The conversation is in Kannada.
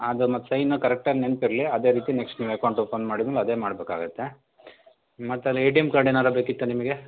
ಅದು ಮತ್ತೆ ಸೈನು ಕರೆಕ್ಟಾಗಿ ನೆನ್ಪಿರಲಿ ಅದೇ ರೀತಿ ನೆಕ್ಸ್ಟ್ ನೀವು ಎಕೌಂಟ್ ಓಪನ್ ಮಾಡಿದ್ಮೇಲೆ ಅದೇ ಮಾಡಬೇಕಾಗುತ್ತೆ ಮತ್ತಲ್ಲಿ ಎ ಟಿ ಎಮ್ ಕಾರ್ಡ್ ಏನಾರು ಬೇಕಿತ್ತ ನಿಮಗೆ